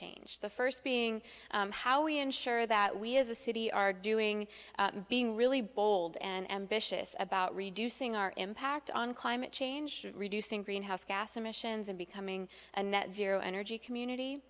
change the first being how we ensure that we as a city are doing being really bold and ambitious about reducing our impact on climate change reducing greenhouse gas emissions and becoming a net zero energy community